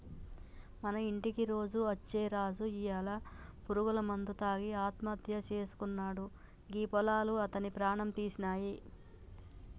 మన ఇంటికి రోజు అచ్చే రాజు ఇయ్యాల పురుగుల మందు తాగి ఆత్మహత్య సేసుకున్నాడు గీ పొలాలు అతని ప్రాణం తీసినాయి